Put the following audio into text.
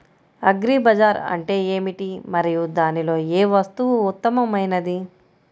Agri Bazar అంటే ఏమిటి మరియు దానిలో ఏ వస్తువు ఉత్తమమైనది?